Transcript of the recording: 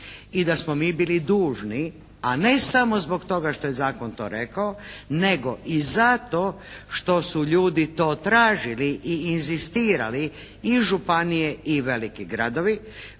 i da smo mi bili dužni, a ne samo zbog toga što je zakon to rekao, nego i zato što su ljudi to tražili i inzistirali i županije i veliki gradovi